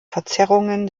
verzerrungen